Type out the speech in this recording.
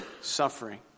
suffering